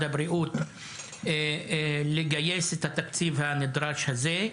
הבריאות לגייס את התקציב הנדרש הזה.